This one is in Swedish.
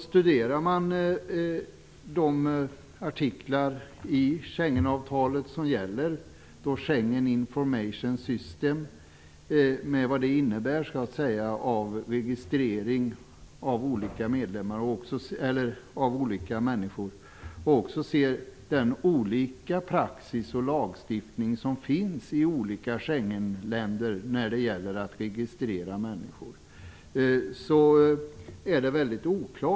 Studerar man de artiklar i Schengenavtalet som gäller Schengen Information System med vad detta innebär av registrering av olika människor kan man se att praxis och lagstiftning när det gäller att registrera människor skiljer sig åt i de olika Schengenländerna.